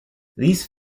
these